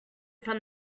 from